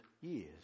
years